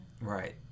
Right